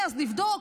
אז נבדוק,